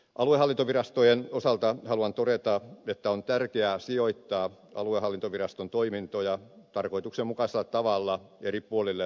aluehallintovirastojen osalta haluan todeta että on tärkeää sijoittaa aluehallintoviraston toimintoja tarkoituksenmukaisella tavalla eri puolille toiminta aluetta